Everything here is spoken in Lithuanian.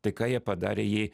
tai ką jie padarė jį